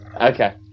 Okay